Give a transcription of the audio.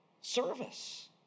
service